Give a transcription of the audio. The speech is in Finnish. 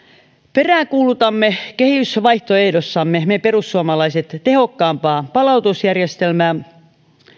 peräänkuulutamme kehysvaihtoehdossamme me perussuomalaiset tehokkaampaa palautusjärjestelmää